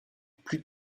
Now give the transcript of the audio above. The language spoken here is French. plus